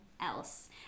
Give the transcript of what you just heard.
else